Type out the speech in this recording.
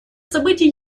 событий